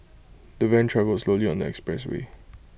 the van travelled slowly on the expressway